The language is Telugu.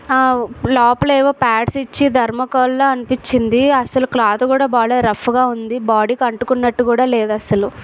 ఆ లోపల ఏవో ప్యాడ్స్ ఇచ్చి థర్మకోల్ల్లా అనిపిచ్చింది అస్సలు క్లాత్ కూడా బాగలేదు రఫ్గా ఉంది బాడీకి అంటుకున్నట్టు కూడా లేదు అసలు